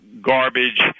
garbage